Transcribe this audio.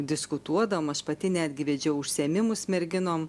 diskutuodavom aš pati netgi vedžiau užsiėmimus merginom